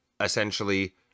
essentially